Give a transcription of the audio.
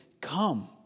come